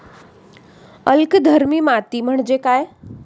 अल्कधर्मी माती म्हणजे काय?